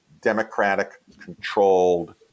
Democratic-controlled